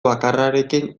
bakarrarekin